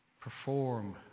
perform